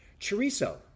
Chorizo